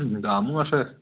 দামো আছে